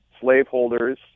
slaveholders